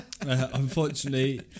unfortunately